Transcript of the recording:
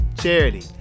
Charity